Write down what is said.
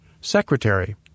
Secretary